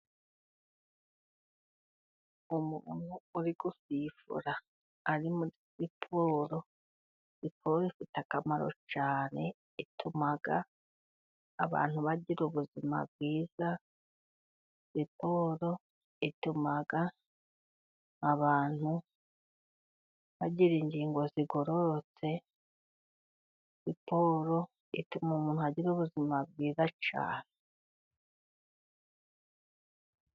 Umuntu uri gusifura ari muri siporo. Siporo ifite akamaro cyane ituma abantu bagira ubuzima bwiza, siporo ituma abantu bagira ingingo zigororotse siporo ituma umuntu agira ubuzima bwiza cyane.